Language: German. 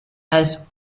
als